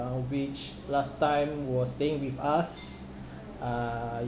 which last time was staying with us uh